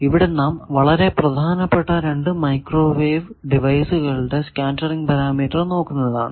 ഇവിടെ നാം വളരെ പ്രധാനപ്പെട്ട രണ്ടു മൈക്രോവേവ് ഡിവൈസുകളുടെ സ്കേറ്ററിങ് പാരാമീറ്റർ നോക്കുന്നതാണ്